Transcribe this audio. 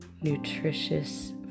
nutritious